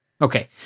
Okay